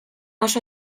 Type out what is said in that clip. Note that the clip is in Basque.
oso